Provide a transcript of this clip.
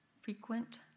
frequent